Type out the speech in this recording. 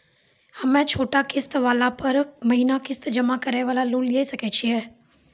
हम्मय छोटा किस्त वाला पर महीना किस्त जमा करे वाला लोन लिये सकय छियै?